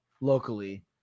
Locally